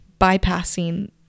bypassing